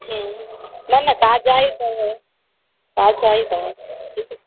हमम न न ताज़ा ई अथव ताज़ा ई अथव